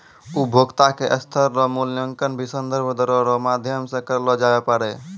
उपभोक्ता के स्तर रो मूल्यांकन भी संदर्भ दरो रो माध्यम से करलो जाबै पारै